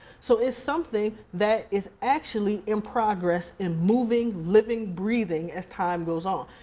so it's something that is actually in progress, and moving, living, breathing as time goes on.